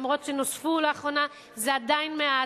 גם אם נוספו לאחרונה זה עדיין מעט,